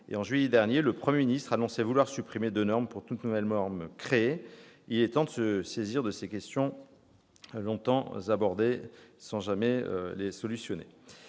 %. En juillet dernier, le Premier ministre annonçait vouloir supprimer deux normes pour toute nouvelle norme créée ; il est temps de se saisir de ces questions, depuis longtemps évoquées mais jamais traitées.